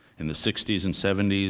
in the sixty s and seventy s,